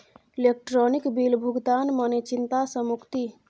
electronic bill भुगतान मने चिंता सँ मुक्ति